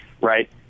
right